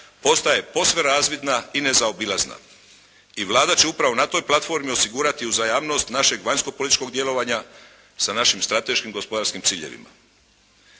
postaje posve razvidna i nezaobilazna. I Vlada će upravo na toj platformi osigurati uzajamnost našeg vanjsko-političkog djelovanja sa našim strateškim gospodarskim ciljevima.